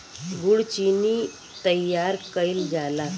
गुड़ चीनी तइयार कइल जाला